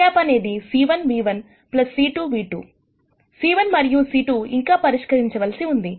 c1 మరియు c2 ఇంకా పరిష్కరించవలసిన ఉంది